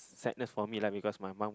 sadness for me lah because my mum